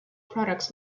products